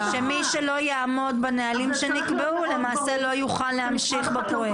--- שמי שלא יעמוד בנהלים שנקבעו למעשה לא יוכל להמשיך בפרויקט.